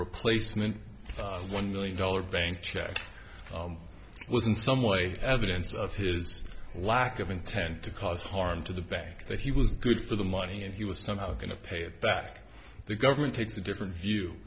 replacement of one million dollar bank check was in some way evidence of his lack of intent to cause harm to the bank that he was good for the money and he was somehow going to pay it back the government takes a different view